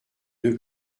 deux